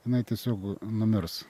jinai tiesiog numirs